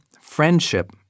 friendship